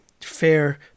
fair